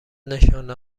نشانه